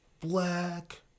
Black